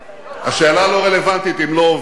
השאלה לא רלוונטית אם לא עובדים,